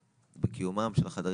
אני עוקבת אחרי ההכשרה שלהם